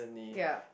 ya